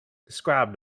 described